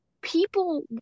people